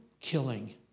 killing